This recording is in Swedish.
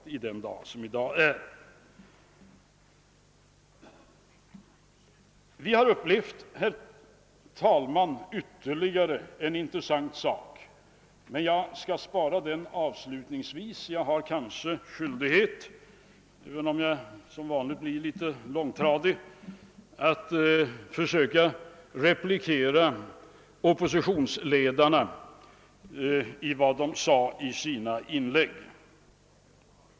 Vi har, herr talman, upplevt ytterligare en intressant sak, men jag skall spara den till slutet av mitt anförande, eftersom jag väl har skyldighet att, även om jag som vanligt blir litet mångordig, replikera oppositionsledarnas inlägg.